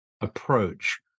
approach